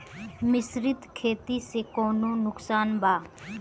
मिश्रित खेती से कौनो नुकसान बा?